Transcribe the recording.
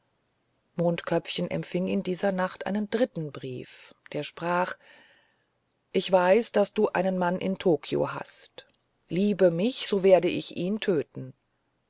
mondköpfchen empfing in dieser nacht einen dritten brief der sprach ich weiß daß du einen mann in tokio hast liebe mich so werde ich ihn töten